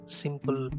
simple